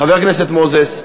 חבר הכנסת מוזס,